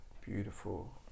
beautiful